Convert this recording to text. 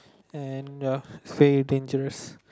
and uh very dangerous